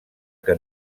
que